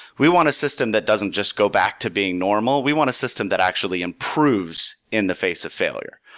we want a system that doesn't just go back to being normal. we want a system that actually improves in the face of failure.